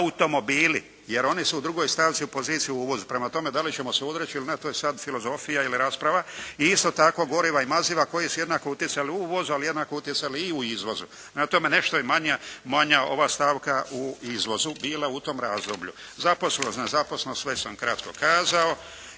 automobili jer oni su u drugoj stavci u poziciji u uvozu. Prema tome da li ćemo se odreći ili ne, to je sada filozofija ili rasprava. I isto tako goriva i maziva koji su jednako utjecalo u uvozu, ali jednako utjecali i u izvozu. Prema tome nešto je manja ova stavka u izvozu bila u tom razdoblju. Zaposlenost, nezaposlenost već sam kratko kazao.